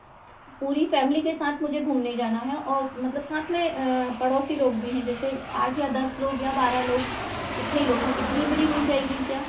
पूरी फैमिली के साथ मुझे घूमने जाना है और मतलब साथ में पड़ोसी लोग भी हैं जैसे आठ या दस लोग या बारह लोग इतने लोग हैं इतनी बड़ी मिल जाएगी क्या